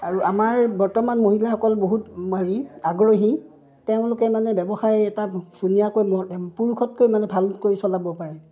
আৰু আমাৰ বৰ্তমান মহিলাসকল বহুত হেৰি আগ্ৰহী তেওঁলোকে মানে ব্যৱসায় এটা ধুনীয়াকৈ পুৰুষতকৈ মানে ভালকৈ চলাব পাৰে